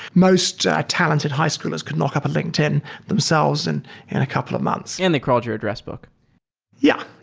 most talented high schoolers could knock up a linkedin themselves and in a couple of months and they crawled your address book yeah.